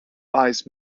ice